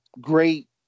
great